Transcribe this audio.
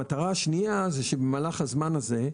המטרה השנייה היא שבמהלך הזמן הזה,